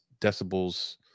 decibels